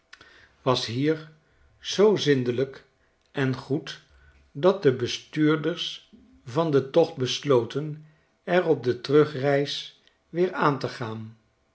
was hier zoo zindelijk en goed dat de bestuurders van den tocht besloten er op de terugreis weer aan te gaan